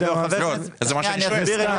זה מה שאני שואל.